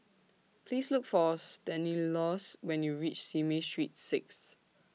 Please Look For Stanislaus when YOU REACH Simei Street six